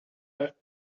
back